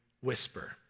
whisper